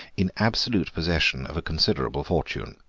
in absolute possession of a considerable fortune,